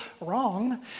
wrong